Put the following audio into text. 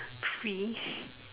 fee